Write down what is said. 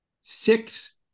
six